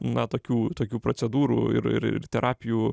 na tokių tokių procedūrų ir ir ir terapijų